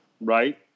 right